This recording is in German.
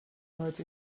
heute